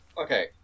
Okay